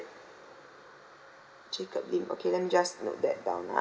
jacob lim okay let me just note that down ah